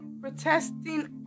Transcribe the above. protesting